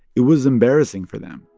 it was embarrassing for them.